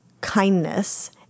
kindness